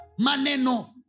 maneno